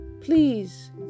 please